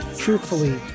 Truthfully